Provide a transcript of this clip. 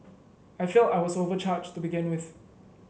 I felt I was overcharged to begin with